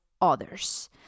others